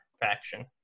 faction